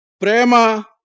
Prema